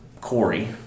Corey